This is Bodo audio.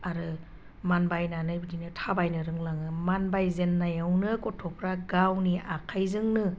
आरो मानबायनानै बिदिनो थाबायनो रोंलाङो मानबायजेननायावनो गथ'फ्रा गावनि आखाइजोंनो